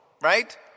Right